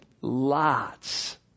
lots